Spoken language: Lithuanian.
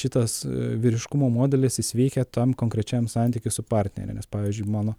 šitas vyriškumo modelis jis veikia tam konkrečiam santyky su partnerėmis pavyzdžiui mano